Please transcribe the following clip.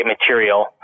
material